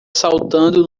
saltando